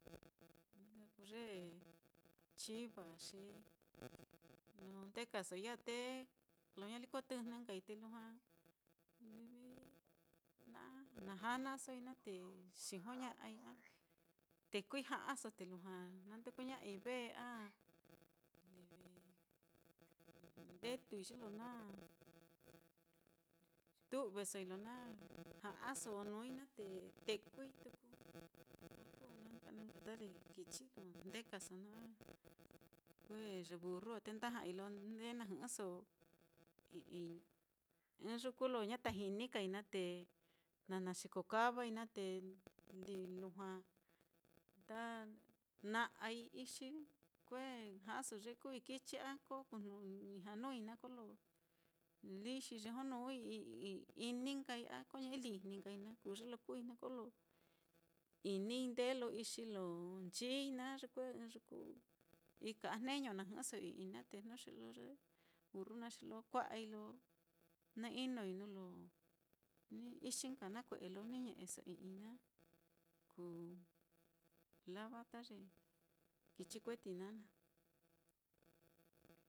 na nka kuu ye chiva á, xi lo ndekasoi ya á te lo ñaliko tɨjnɨi nkai te lujua livi na na janasoi naá te xijoña'ai a tekui ja'aso te lujua na ndukuña'ai ve a livi ndetui ye lo na tu'vesoi ye lo na ja'aso nuui naá te tekui tuku kichi lo ndekaso naá a kue ye burru á te nda ja'ai lo ndee na jɨ'ɨso i'ii ɨ́ɨ́n yuku lo ñata jinikai naá te na naxikokavai naá te li lujua nda na'ai ixi kue ja'aso ye kuui kichi, a ko kuu ijña nuui naá kolo líi xi yejonuui i-ini nkai a ko ñe'e lijni nkai na kuu ye lo kuui naá kolo inii ndelo ixi lo nchii naá, ye kue ɨ́ɨ́n yuku ika a jneño na jɨ'ɨso i'ii naá te jnu xe lo ye burru naá xi lo kua'ai lo na inoi nuu lo ixi nka nakue'e lo ni ñe'eso i'ii naá kuu lava ta ye kichi kueti na naá.